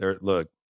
Look